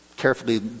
carefully